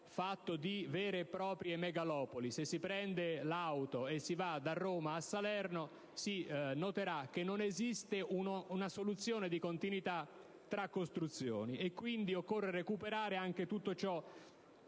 fatto di vere e proprie megalopoli: se si prende l'automobile e si va da Roma a Salerno, si noterà che non esiste soluzione di continuità tra costruzioni, e quindi occorre recuperare le aree